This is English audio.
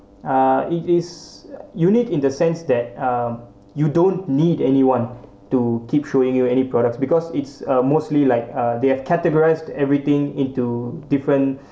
uh it is unique in the sense that uh you don't need anyone to keep showing you any products because it's uh mostly like uh they have categorised everything into different